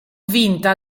vinta